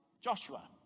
Joshua